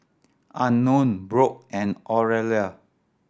Unknown Brock and Orelia